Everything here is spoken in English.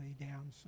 down